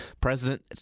President